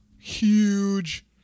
Huge